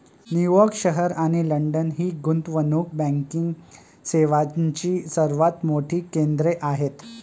New York शहर आणि London ही गुंतवणूक बँकिंग सेवांची सर्वात मोठी केंद्रे आहेत